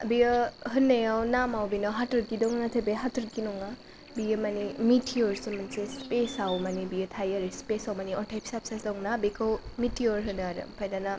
बेयो होननायाव नामाव बेनाव हाथरखि दङ नाथाय बेयो हाथरखि नङा बियो माने मिथियरसो मोनसे स्पेसाव माने बेयो थायो स्पेसाव माने अन्थाइ फिसा फिसा दङना बेखौ मिटियर होनो आरो ओमफाय दाना